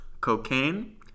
cocaine